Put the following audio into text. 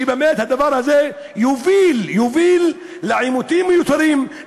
שבאמת הדבר הזה יוביל לעימותים מיותרים,